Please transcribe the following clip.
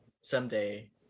someday